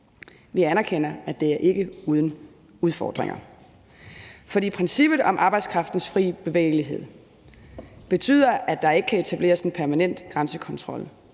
vi anerkender, at det ikke er uden udfordringer, for princippet om arbejdskraftens fri bevægelighed betyder, at der ikke kan etableres en permanent grænsekontrol.